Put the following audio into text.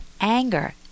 anger